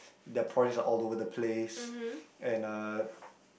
their prices are all over the place and uh